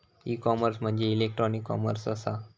E commerce म्हणजे electronic commerce असा